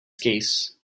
case